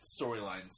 storylines